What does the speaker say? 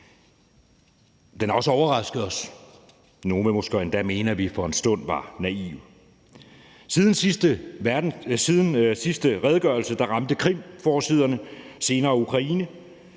Den har også overrasket os, og nogle vil måske endda mene, at vi for en stund var naive. Siden sidste redegørelse ramte Krim forsiderne og senere kom dem